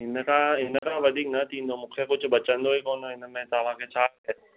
इनखां इनखां वधीक न थींदो मूंखे कुझु बचंदो ई कोन्ह इनमें तव्हांखे छा